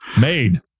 Made